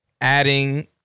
adding